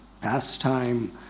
pastime